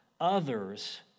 others